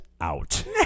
out